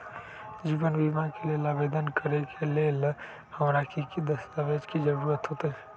जीवन बीमा के लेल आवेदन करे लेल हमरा की की दस्तावेज के जरूरत होतई?